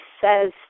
says